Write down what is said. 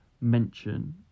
mention